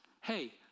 Hey